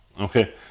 okay